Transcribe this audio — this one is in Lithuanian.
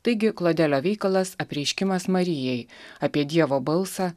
taigi klodelio veikalas apreiškimas marijai apie dievo balsą